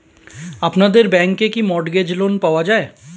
আপনাদের ব্যাংকে কি মর্টগেজ লোন পাওয়া যায়?